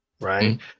right